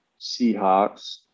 Seahawks